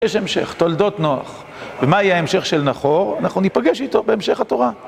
יש המשך, תולדות נוח, ומה יהיה ההמשך של נחור, אנחנו ניפגש איתו בהמשך התורה.